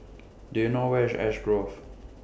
Do YOU know Where IS Ash Grove